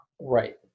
Right